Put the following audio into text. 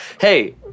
Hey